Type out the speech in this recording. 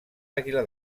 àguila